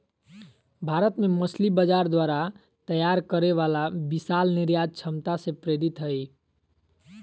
भारत के मछली बाजार द्वारा तैयार करे वाला विशाल निर्यात क्षमता से प्रेरित हइ